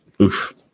oof